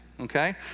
okay